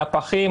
נפחים,